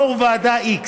יו"ר ועדה x,